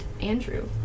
Andrew